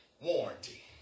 warranty